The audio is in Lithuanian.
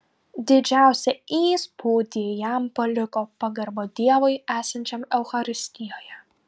didžiausią įspūdį jam paliko pagarba dievui esančiam eucharistijoje